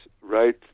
right